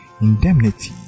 indemnity